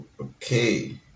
okay